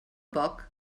poc